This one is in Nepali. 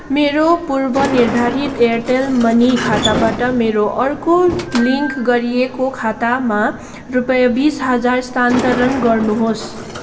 मेरो पूर्वनिर्धारित एयरटेल मनी खाताबाट मेरो अर्को लिङ्क गरिएको खातामा रुपैयाँ बिस हजार स्थानान्तरण गर्नुहोस्